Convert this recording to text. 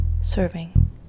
serving